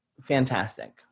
fantastic